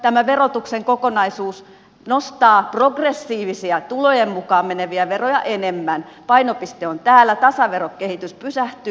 tämä verotuksen kokonaisuus nostaa progressiivisia tulojen mukaan meneviä veroja enemmän painopiste on täällä tasaverokehitys pysähtyy